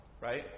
right